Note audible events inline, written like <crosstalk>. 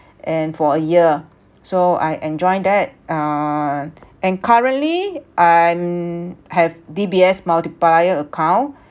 <breath> and for a year so I enjoy that err and currently I'm have D_B_S multiplier account